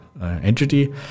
entity